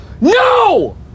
no